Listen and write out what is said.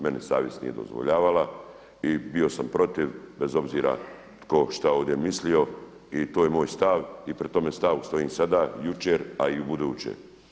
Meni savjest nije dozvoljavala i bio sam protiv bez obzira tko šta ovdje mislio i to je moj stav i pri tome stavu stojim sada, jučer, a i ubuduće.